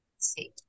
See